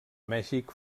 mèxic